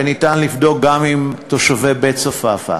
ואפשר לבדוק גם עם תושבי בית-צפאפא.